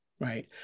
right